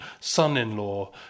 son-in-law